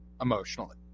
emotionally